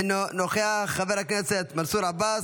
אינו נוכח, חבר הכנסת מנסור עבאס,